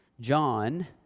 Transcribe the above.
John